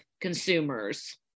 consumers